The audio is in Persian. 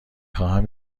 خواهم